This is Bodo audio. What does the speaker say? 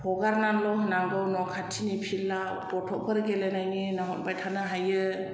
हगारनानैल' होनांगौ न' खाथिनि फिल्डआव गथ'फोर गेलेनायनि नाहरबाय थानो हायो